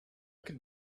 could